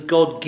God